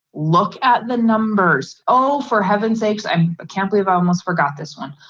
look at the numbers. oh for heaven's sakes. i um can't believe i almost forgot this one.